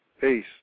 peace